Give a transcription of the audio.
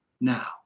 now